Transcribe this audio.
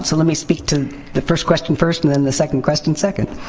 so let me speak to the first question first and then the second question second.